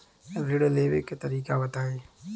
ऋण लेवे के तरीका बताई?